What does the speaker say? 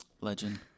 Legend